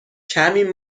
کمی